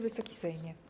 Wysoki Sejmie!